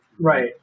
Right